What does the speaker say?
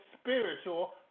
spiritual